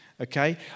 Okay